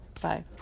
Bye